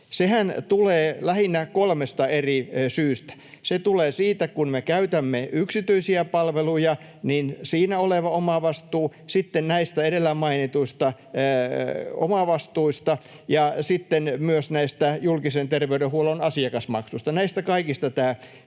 Sehän tulee lähinnä kolmesta eri syystä. Se tulee siitä, että kun me käytämme yksityisiä palveluja, niin siinä on omavastuu, sitten näistä edellä mainituista omavastuista ja sitten myös näistä julkisen terveydenhuollon asiakasmaksuista. Näistä kaikista tämä